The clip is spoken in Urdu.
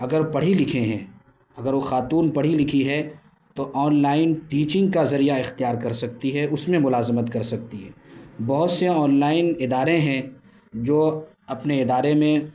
اگر پڑھی لکھے ہیں اگر وہ خاتون پڑھی لکھی ہے تو آن لائن ٹیچنگ کا ذریعہ اختیار کر سکتی ہے اس میں ملازمت کر سکتی ہے بہت سے آن لائن ادارے ہیں جو اپنے ادارے میں